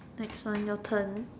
next one your turn